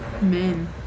Men